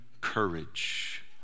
courage